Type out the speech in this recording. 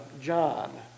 john